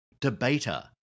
debater